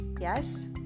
yes